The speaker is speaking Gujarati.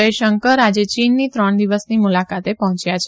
જયશંકર આજે ચીનની ત્રણ દિવસની મુલાકાતે પહોચ્યા છે